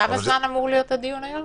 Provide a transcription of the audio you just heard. כמה זמן אמור להיות הדיון היום?